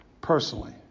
personally